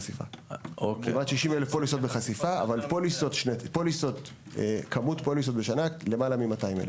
כמעט 60,000 פוליסות בחשיפה אבל כמות פוליסות בשנה - למעלה מ-200,000.